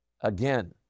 again